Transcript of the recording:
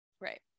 Right